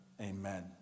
Amen